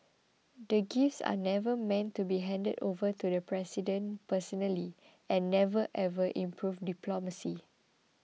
the gifts are never meant to be handed over to the President personally and never ever improved diplomacy